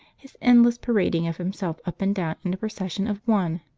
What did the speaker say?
his endless parading of himself up and down in a procession of one.